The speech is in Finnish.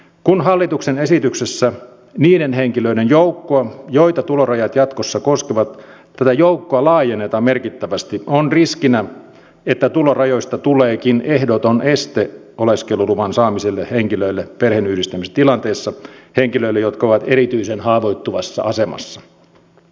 kun hallituksen esityksessä niiden henkilöiden joukkoa joita tulorajat jatkossa koskevat laajennetaan merkittävästi on riskinä että tulorajoista tuleekin ehdoton este oleskeluluvan saamiselle henkilöille perheenyhdistämistilanteessa henkilöille jotka ovat erityisen haavoittuvassa asemassa